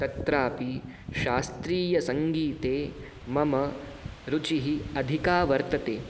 तत्रापि शास्त्रीयसङ्गीते मम रुचिः अधिका वर्तते